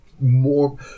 more